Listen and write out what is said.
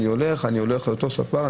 אני הולך לאותו ספר,